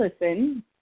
listen